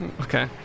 Okay